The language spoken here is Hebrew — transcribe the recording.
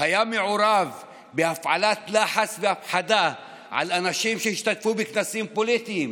היה מעורב בהפעלת לחץ והפחדה על אנשים שהשתתפו בכנסים פוליטיים